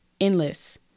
endless